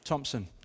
Thompson